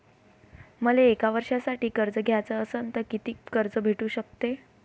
मले एक वर्षासाठी कर्ज घ्याचं असनं त कितीक कर्ज भेटू शकते?